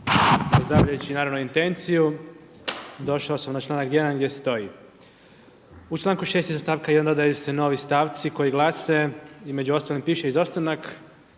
pozdravljajući naravno intenciju došao sam na članak 1. gdje stoji. U članku 6. iza stavka 1. dodaju se novi stavci koji glase, između ostalog piše izostanak